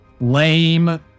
Lame